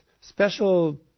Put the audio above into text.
special